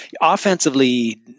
offensively